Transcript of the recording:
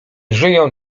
żyją